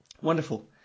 wonderful